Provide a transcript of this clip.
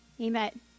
amen